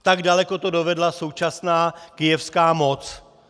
Tak daleko to dovedla současná kyjevská moc.